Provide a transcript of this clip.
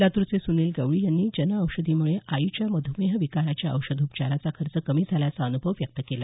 लातूरचे सुनिल गवळी यांनी जनऔषधीमुळे आईच्या मधुमेह विकाराच्या औषधोपचाराचा खर्च कमी झाल्याचा अनुभव व्यक्त केला